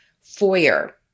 foyer